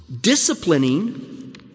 disciplining